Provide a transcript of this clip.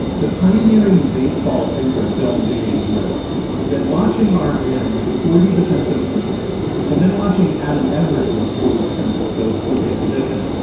the pioneering baseball thinker bill james read that watching our man make forty defensive plays and then watching adam everett, a forty defensive plays the same position.